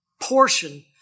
portion